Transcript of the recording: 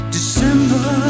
December